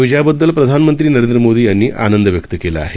विजयाबद्दलप्रधानमंत्रीनरेंद्रमोदीयांनीआनंदव्यक्तकेलाआहे